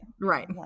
right